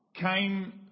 came